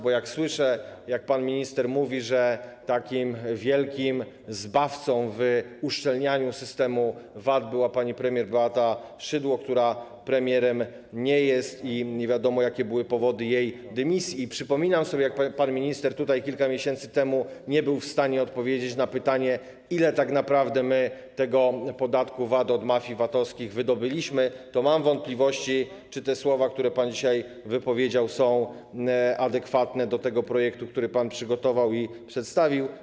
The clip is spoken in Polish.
Bo gdy słyszę, jak pan minister mówi, że takim wielkim zbawcą w zakresie uszczelniania systemu VAT była pani premier Beata Szydło, która premierem nie jest, i nie wiadomo, jakie były powody jej dymisji, i gdy przypominam sobie, jak pan minister tutaj kilka miesięcy temu nie był w stanie odpowiedzieć na pytanie, ile tak naprawdę my podatku VAT od mafii VAT-owskich wydobyliśmy, to mam wątpliwości, czy te słowa, które pan dzisiaj wypowiedział, są adekwatne do tego projektu, który pan przygotował i przedstawił.